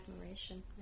admiration